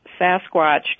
Sasquatch